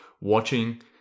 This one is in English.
watching